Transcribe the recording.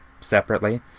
separately